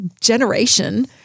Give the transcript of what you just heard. generation